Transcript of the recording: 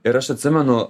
ir aš atsimenu